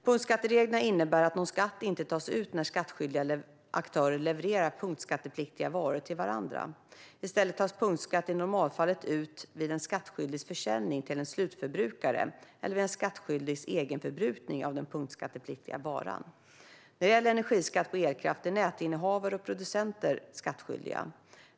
Punktskattereglerna innebär att någon skatt inte tas ut när skattskyldiga aktörer levererar punktskattepliktiga varor till varandra. I stället tas punktskatt i normalfallet ut vid en skattskyldigs försäljning till en slutförbrukare, eller vid en skattskyldigs egenförbrukning av den punktskattepliktiga varan. När det gäller energiskatt på elkraft är nätinnehavare och producenter skattskyldiga.